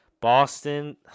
Boston